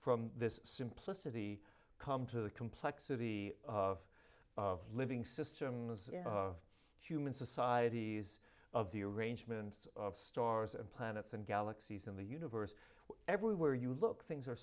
from this simplicity come to the complexity of living systems of human societies of the arrangement of stars and planets and galaxies in the universe everywhere you look things are